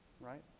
Right